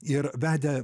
ir vedė